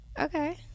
Okay